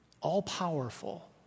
all-powerful